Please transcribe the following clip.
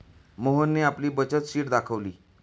मोहनने आपली बचत शीट दाखवली